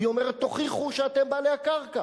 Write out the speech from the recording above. היא אומרת: תוכיחו שאתם בעלי הקרקע,